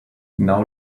now